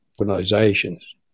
organizations